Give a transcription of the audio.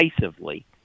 decisively